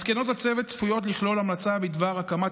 מסקנות הצוות צפויות לכלול המלצה בדבר הקמת